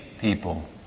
people